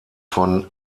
von